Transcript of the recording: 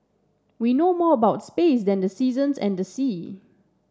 we know more about space than the seasons and the sea